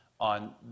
on